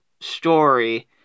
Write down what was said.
story